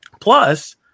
Plus